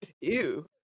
Ew